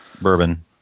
bourbon